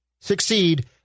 succeed